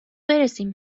برسیم